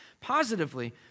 Positively